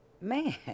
man